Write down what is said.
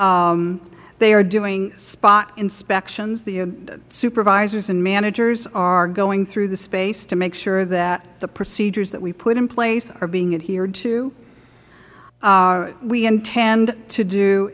s they are doing spot inspections the supervisors and managers are going through the space to make sure that the procedures that we put in place are being adhered to we intend to